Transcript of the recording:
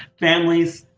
families,